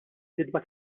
ħidma